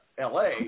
LA